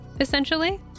essentially